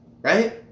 right